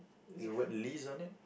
is the word Liz on it